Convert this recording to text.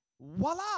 Voila